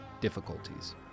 difficulties